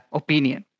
opinion